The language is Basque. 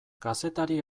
kazetari